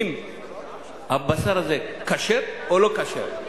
אם הבשר הזה כשר או לא כשר,